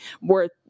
worth